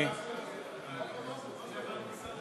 להגדלת תגמולי המילואים בשיעור